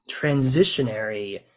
transitionary